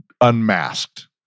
unmasked